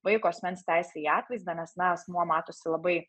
vaiko asmens teisę į atvaizdą nes na asmuo matosi labai